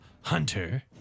Hunter